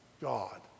God